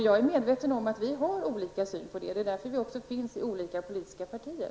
Jag är medveten om att människor har olika syn på dessa saker. Det är ju därför som det finns olika politiska partier.